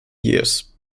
years